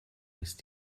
ist